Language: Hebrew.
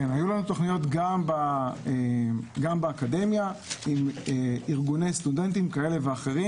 היו לנו תוכניות גם באקדמיה עם ארגוני סטודנטים כאלו ואחרים.